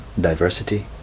diversity